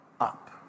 up